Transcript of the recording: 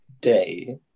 day